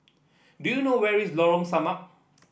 do you know where is Lorong Samak